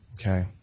Okay